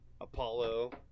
Apollo